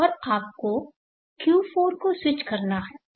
और आपको Q4 को स्विच करना होगा